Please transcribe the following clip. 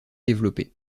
développée